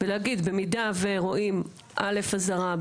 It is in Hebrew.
ולהגיד במידה ורואים א' אזהרה,